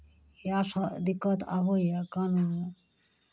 इएह सभ दिक्कत आबैए कानून